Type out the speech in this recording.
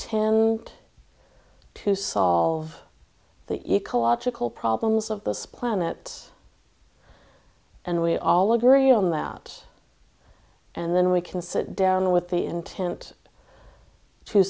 intend to solve the ecological problems of this planet and we all agree on that and then we can sit down with the intent to